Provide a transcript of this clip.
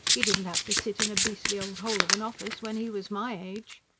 he didn't have to sit in a beastly old hole of an office when he was my age.